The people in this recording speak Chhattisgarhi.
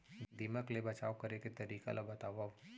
दीमक ले बचाव करे के तरीका ला बतावव?